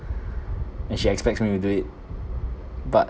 and she expects me to do it but